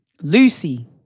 Lucy